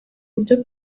buryo